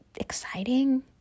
exciting